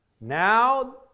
Now